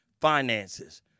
finances